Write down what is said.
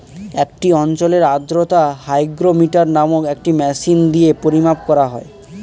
একটি অঞ্চলের আর্দ্রতা হাইগ্রোমিটার নামক একটি মেশিন দিয়ে পরিমাপ করা হয়